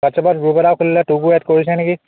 হোৱাটছ্এপত group এটাও খুলিলে তোকো এড কৰিছে নেকি